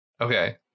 Okay